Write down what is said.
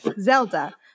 Zelda